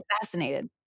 fascinated